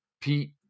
Pete